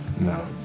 No